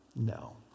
No